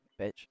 bitch